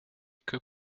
que